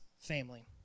family